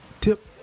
tip